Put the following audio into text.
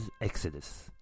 Exodus